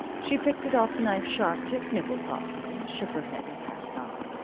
she picked it off the knife's sharp tip, nibbled thoughtfully, shook her head, and passed on.